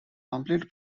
complete